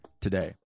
today